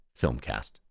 Filmcast